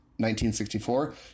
1964